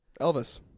Elvis